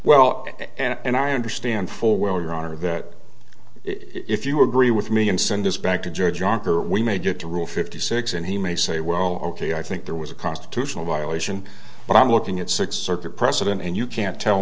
well and i understand full well your honor that if you agree with me and send us back to judge jonker we may get to rule fifty six and he may say well ok i think there was a constitutional violation but i'm looking at six circuit precedent and you can't tell